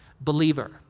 believer